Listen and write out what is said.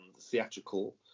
theatrical